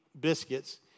biscuits